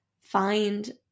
find